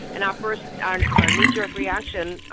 and our first, our our knee-jerk reaction,